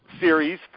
series